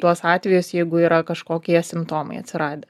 tuos atvejus jeigu yra kažkokie simptomai atsiradę